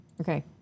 Okay